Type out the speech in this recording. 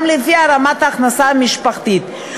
גם לפי רמת ההכנסה המשפחתית.